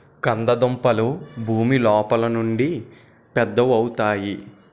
కంద దుంపలు భూమి లోపలుండి పెద్దవవుతాయి